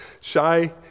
shy